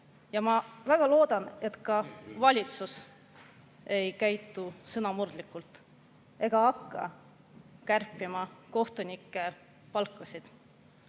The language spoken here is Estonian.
Ma väga loodan, et ka valitsus ei käitu sõnamurdlikult ega hakka kärpima kohtunike palkasid,